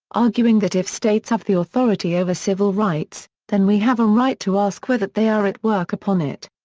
arguing that if states have the authority over civil rights, then we have a right to ask whether they are at work upon it.